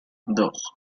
dos